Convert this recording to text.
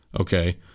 Okay